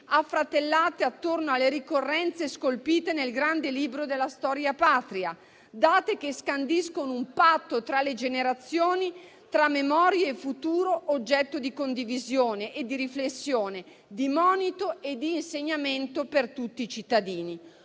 affratellate attorno alle ricorrenze scolpite nel grande libro della storia patria (...) date che scandiscono un patto tra le generazioni, tra memoria e futuro (...)» oggetto di condivisione e di riflessione, di monito e di insegnamento per tutti i cittadini.